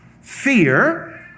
fear